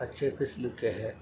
اچھے قسم کے ہیں